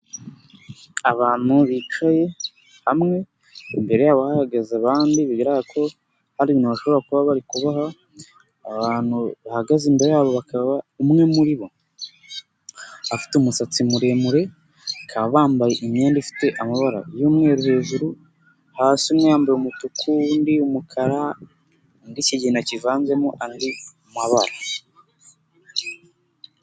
Abantu bicaye hamwe, imbere yabo bahahagaze abandi. Bigaragara ko hari ibintu bashobora kuba bari kubaha. Abantu bahagaze imbere yabo bakaba umwe muri bo, afite umusatsi muremure. Bakaba bambaye imyenda ifite amabara y'umweru hejuru, hasi umwe yambaye umutuku undi umukara n'kigina kivanzemo andi mabara.